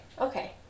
okay